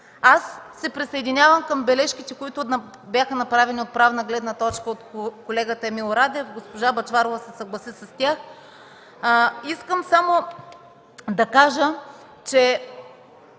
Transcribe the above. Аз се присъединявам към бележките, които бяха направени от правна гледна точка от колегата Емил Радев, а и госпожа Бъчварова се съгласи с тях. Искам само да кажа, че